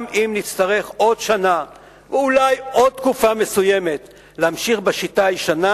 גם אם נצטרך עוד שנה או אולי עוד תקופה מסוימת להמשיך בשיטה הישנה,